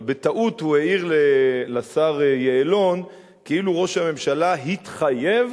אבל בטעות הוא העיר לשר יעלון כאילו ראש הממשלה התחייב